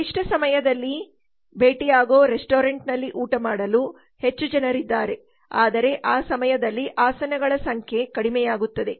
ಗರಿಷ್ಠ ಸಮಯದಲ್ಲಿ ಭೇಟಿಯಾಗು ರೆಸ್ಟೋರೆಂಟ್ನಲ್ಲಿ ಊಟ ಮಾಡಲು ಹೆಚ್ಚು ಜನರಿದ್ದಾರೆ ಆದರೆ ಆ ಸಮಯದಲ್ಲಿ ಆಸನಗಳ ಸಂಖ್ಯೆ ಕಡಿಮೆಯಾಗುತ್ತದೆ